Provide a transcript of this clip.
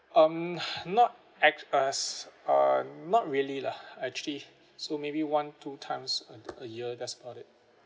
um not act~ uh not really lah actually so maybe one two times a~ a year that's all it